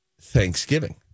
Thanksgiving